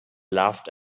laughed